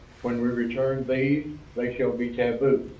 when we return these they shall be taboo.